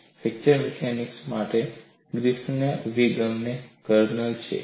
આ fracture mechanics માટે ગ્રિફિથના અભિગમની કર્નલ છે